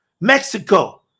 Mexico